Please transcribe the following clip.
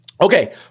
Okay